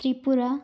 Tripura